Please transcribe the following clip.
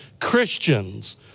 Christians